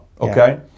Okay